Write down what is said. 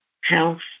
health